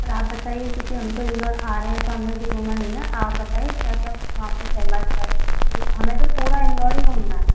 sir आप बताइए क्योंकि हम इंदौर आ रहे हैं तो हमने अभी घूमा नहीं हैं आप बताइए क्या क्या वहाँ पर फेमस है उस हमें तो पूरा इंदौर ही घूमना है